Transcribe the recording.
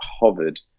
hovered